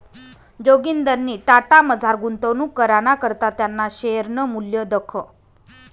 जोगिंदरनी टाटामझार गुंतवणूक कराना करता त्याना शेअरनं मूल्य दखं